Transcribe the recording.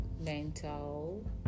mental